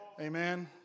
Amen